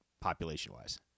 population-wise